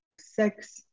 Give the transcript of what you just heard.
sex